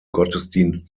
gottesdienst